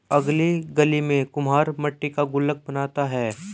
अगली गली में कुम्हार मट्टी का गुल्लक बनाता है